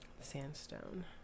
Sandstone